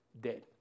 dead